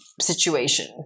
situation